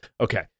Okay